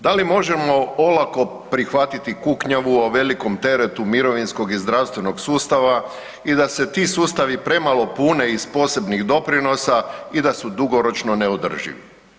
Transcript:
Da li možemo olako prihvatiti kuknjavu o velikom teretu mirovinskog i zdravstvenog sustava i da se ti sustavi premalo pune iz posebnih doprinosa i da su dugoročno neodrživi?